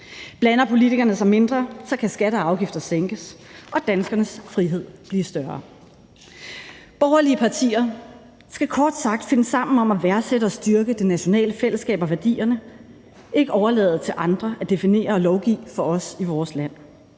Blander politikerne sig mindre, kan skatter og afgifter sænkes og danskernes frihed blive større. Borgerlige partier skal kort sagt finde sammen om at værdsætte og styrke det nationale fællesskab og værdierne og ikke overlade det til andre at definere og lovgive for os i vores land.